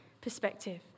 perspective